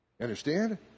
Understand